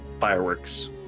fireworks